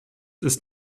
ist